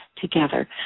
together